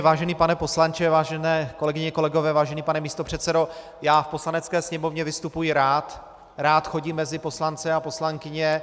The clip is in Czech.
Vážený pane poslanče, vážené kolegyně, kolegové, vážený pane místopředsedo, já v Poslanecké sněmovně vystupuji rád, rád chodím mezi poslance a poslankyně.